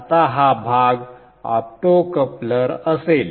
आता हा भाग ऑप्टोकपलर असेल